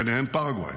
ובהן פרגוואי.